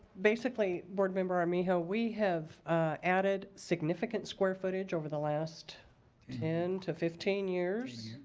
basically board member armijo, we have added significant square footage over the last ten to fifteen years